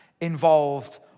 involved